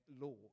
law